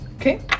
Okay